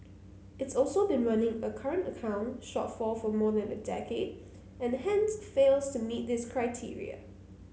it's also been running a current account shortfall for more than a decade and hence fails to meet this criteria